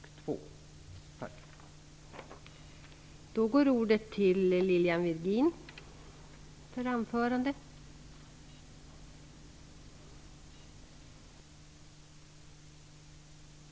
Tack!